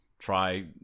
try